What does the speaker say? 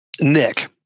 Nick